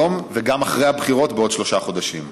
היום וגם אחרי הבחירות, בעוד שלושה חודשים: